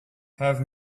have